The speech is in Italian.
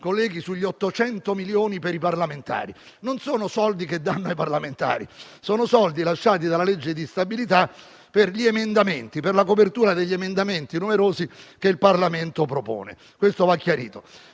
colleghi, sugli 800 milioni per i parlamentari. Non sono soldi che si danno i parlamentari, ma solo soldi lasciati dalla legge di stabilità per la copertura dei numerosi emendamenti che il Parlamento propone. Questo va chiarito.